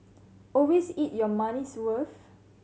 always eat your money's worth